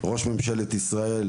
ראש ממשלת ישראל,